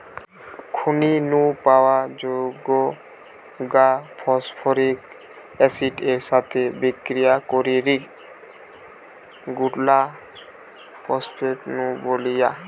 খনি নু পাওয়া যৌগ গা ফস্ফরিক অ্যাসিড এর সাথে বিক্রিয়া করিকি গুলা ফস্ফেট নুন বনি যায়